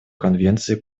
конвенции